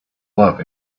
love